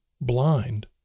blind